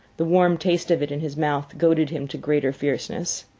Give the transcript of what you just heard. the warm taste of it in his mouth goaded him to greater fierceness.